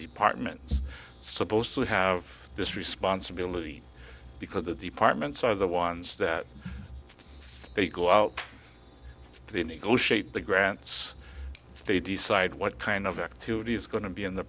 departments supposed to have this responsibility because the departments are the ones that they go out they negotiate the grants they decide what kind of activity is going to be in the